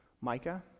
Micah